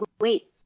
wait